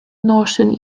notion